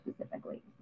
specifically